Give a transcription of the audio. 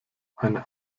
eine